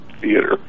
theater